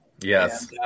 Yes